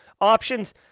options